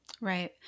Right